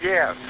Yes